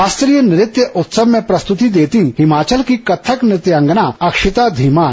शास्त्रीय नृत्य उत्सव में प्रस्तृति देती हिमाचल की कथक नृत्यांगना अक्षिता धीमान